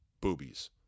boobies